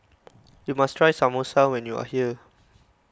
you must try Samosa when you are here